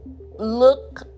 look